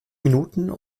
minuten